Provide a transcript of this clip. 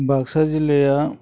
बाक्सा जिल्लाया